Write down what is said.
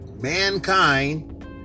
Mankind